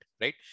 right